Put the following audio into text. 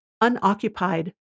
unoccupied